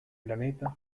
planeta